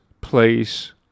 place